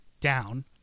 down